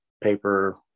paper